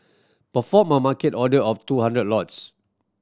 perform a market order of two hundred lots